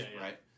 right